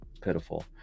Pitiful